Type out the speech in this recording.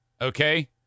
okay